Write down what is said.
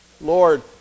Lord